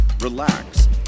relax